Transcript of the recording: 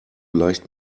leicht